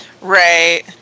Right